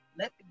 Let